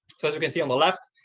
so as you can see on the left,